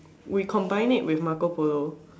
we combine it with Marco polo